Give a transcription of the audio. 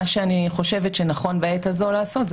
מה שאני חושבת שנכון בעת הזו לעשות זה